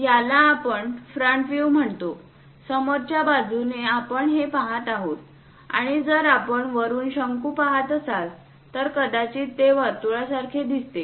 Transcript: याला आपण front view म्हणतो समोरच्या बाजूने आपण हे पहात आहोत आणि जर आपण वरून शंकू पहात असाल तर कदाचित ते वर्तुळा सारखे दिसते